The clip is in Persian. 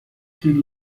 سیری